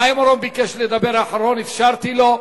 חיים אורון ביקש לדבר אחרון, אפשרתי לו.